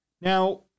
Now